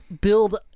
build